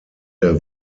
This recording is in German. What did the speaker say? der